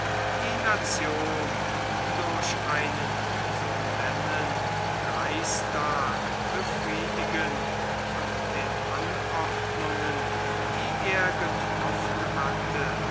die nation durch einen solennen reichstag befriedigen und den anordnungen die er getroffen hatte